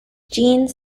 genes